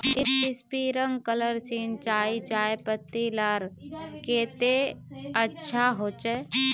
Sprinkler सिंचाई चयपत्ति लार केते अच्छा होचए?